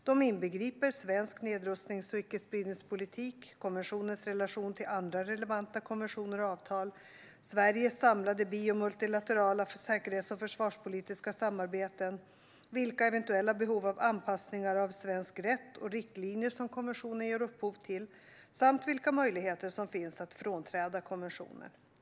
De inbegriper svensk nedrustnings och icke-spridningspolitik, konventionens relation till andra relevanta konventioner och avtal, Sveriges samlade bi och multilaterala säkerhets och försvarspolitiska samarbeten, vilka eventuella behov av anpassningar av svensk rätt och riktlinjer som konventionen ger upphov till samt vilka möjligheter som finns att frånträda konventionen.